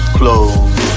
clothes